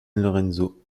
lorenzo